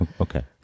okay